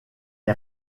est